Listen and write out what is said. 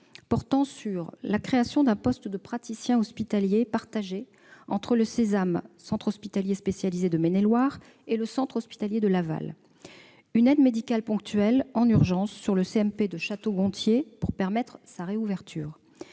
portant sur la création d'un poste de praticien hospitalier partagé entre le Cesame, centre hospitalier spécialisé de Maine-et-Loire, et le centre hospitalier de Laval, sur une aide médicale ponctuelle d'urgence au CMP de Château-Gontier pour en permettre la réouverture,